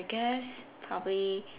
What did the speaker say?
I guess probably